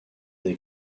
des